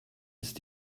ist